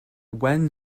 when